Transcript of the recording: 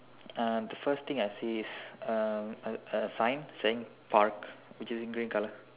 uh the first thing I see is a a a sign saying park which is in green colour